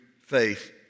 faith